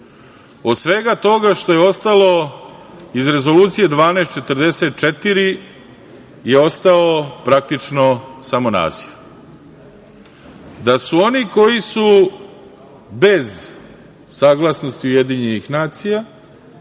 Od svega toga što je ostalo iz Rezolucije 1244 je ostao praktično samo naziv. Da su oni koji su bez saglasnosti UN, protivno